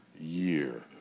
year